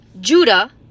Judah